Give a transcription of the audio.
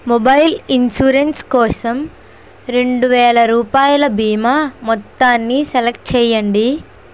mobile insurance కోసం రెండువేల రూపాయల బీమా మొత్తాన్నిసెలెక్ట్ చేయండి